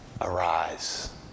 arise